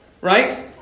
Right